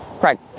Right